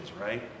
right